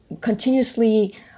continuously